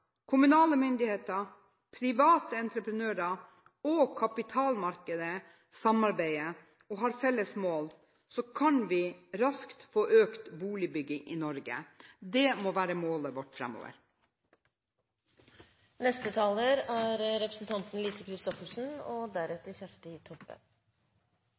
kommunale myndigheter, private entreprenører og kapitalmarkedet – samarbeider og har felles mål, kan vi raskt få økt boligbygging i Norge. Det må være målet vårt framover. Markedsløsninger har alltid vært Høyres mantra i boligpolitikken. Det var bakgrunnen for dereguleringen av boligmarkedet under Willoch, og